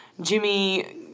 Jimmy